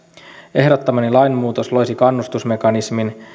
ehdottamani lainmuutos loisi kannustusmekanismin